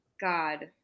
God